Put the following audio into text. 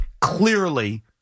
Clearly